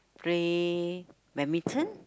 play badminton